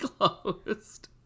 closed